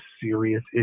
serious